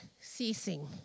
ceasing